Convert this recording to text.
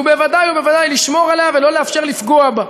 וודאי וודאי לשמור עליה ולא לאפשר לפגוע בה.